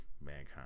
Mankind